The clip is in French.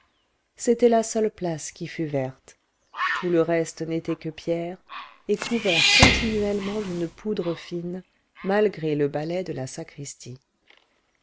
c'était la seule place qui fût verte tout le reste n'était que pierres et couvert continuellement d'une poudre fine malgré le balai de la sacristie